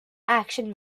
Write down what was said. action